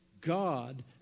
God